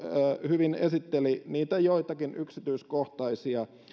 hyvin esitteli niitä yksityiskohtaisia